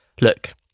Look